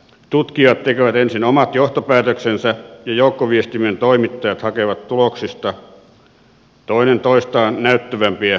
tutkijat tekevät ensin omat johtopäätöksensä ja joukkoviestimen toimittajat hakevat tuloksista toinen toistaan näyttävämpiä lööppejä